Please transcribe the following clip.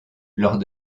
lors